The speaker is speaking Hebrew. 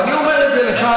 ואני אומר את זה לך,